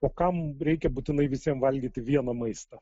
o kam reikia būtinai visiem valgyti vieną maistą